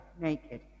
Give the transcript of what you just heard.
naked